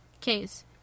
case